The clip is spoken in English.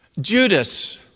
Judas